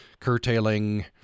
curtailing